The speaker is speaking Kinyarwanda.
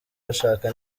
bashaka